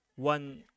One